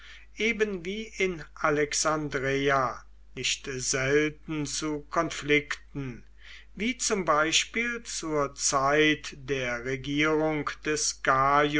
eben wie in alexandreia nicht selten zu konflikten wie zum beispiel zur zeit der regierung des